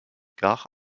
car